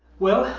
well,